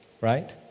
Right